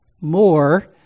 more